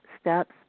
steps